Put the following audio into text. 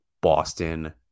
Boston